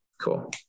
cool